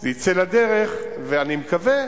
שזה יצא לדרך, ואני מקווה